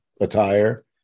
attire